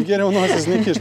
geriau nosies nekišt